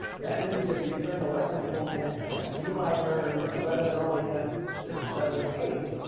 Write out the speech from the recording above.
that means if you earn eleven you won't net ten. you might earn eleven and only net six or seven or eight.